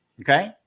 okay